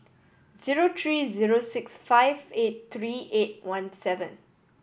zero three zero six five eight three eight one seven